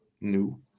new